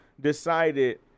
decided